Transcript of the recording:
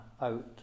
out